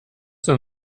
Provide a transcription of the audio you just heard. than